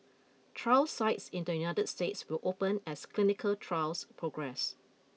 trial sites in the United States will open as clinical trials progress